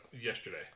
Yesterday